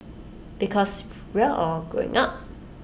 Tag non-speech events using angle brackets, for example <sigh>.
because <noise> we all growing up